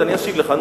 אני אשיב לך.